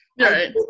right